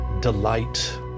delight